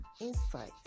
insight